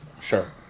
sure